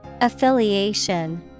Affiliation